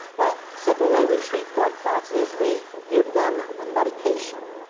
well, simple way we treat blood clots is we give them a medication,